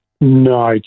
No